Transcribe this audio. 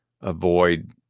avoid